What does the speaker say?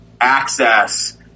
access